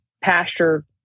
pasture